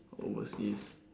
overseas